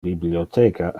bibliotheca